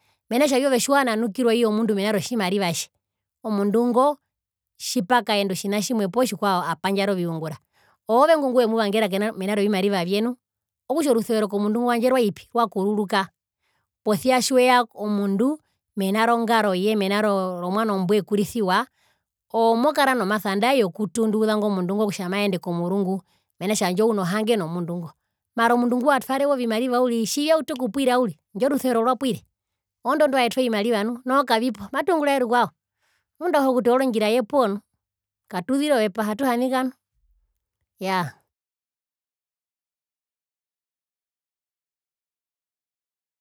Mena rokutja tjiwananukirwa iyo mundu mena rotjimariva tje omundu ngo tjipakaenda otjina tjimwe po tjikwao apandjara oviungura oove ngwi ngwemuvangera kena mena rovimariva vye okutja orusuvero komundu ngo handje rwaipi rwakururuka posia tjiweya komundu mena rongaroye mena romwano mbwekurisiwa oove mokara nomasa nandarire wokutunduuza kutja maende komurungu mena rokutja handje uno hange nomundu ngo tjiwatwarewa ovimariva uriri tjivyautu okuyanda uriri handje orusuvero rwapwire orondwi ndwaetwa ovimariva nu maruunguraye rukwao omundu auhe okutoora ondjiraye opuwo nu katuzire ooepaha atuhanika nu yaa.